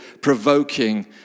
provoking